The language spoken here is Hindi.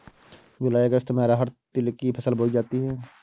जूलाई अगस्त में अरहर तिल की फसल बोई जाती हैं